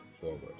forward